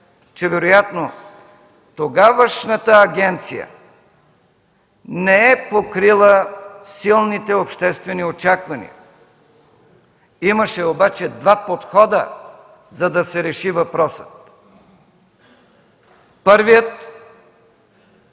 че вероятно тогавашната агенция не е покрила силните обществени очаквания. Имаше обаче два подхода, за да се реши въпросът. Първият